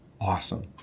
awesome